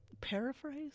Paraphrase